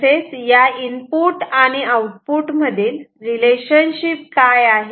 तसेच या इनपुट आणि आउटपुट मधील रिलेशनशिप काय आहे